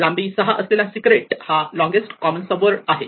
लांबी 6 असलेला 'सीक्रेट' हा लोंगेस्ट कॉमन सब वर्ड आहे